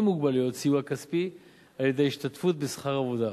מוגבלויות סיוע כספי על-ידי השתתפות בשכר עבודה.